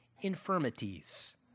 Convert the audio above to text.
infirmities